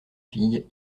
fille